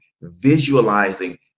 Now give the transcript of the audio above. visualizing